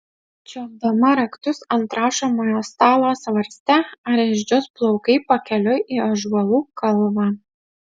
čiuopdama raktus ant rašomojo stalo svarstė ar išdžius plaukai pakeliui į ąžuolų kalvą